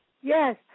Yes